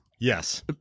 Yes